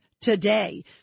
today